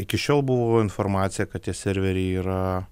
iki šiol buvo informacija kad tie serveriai yra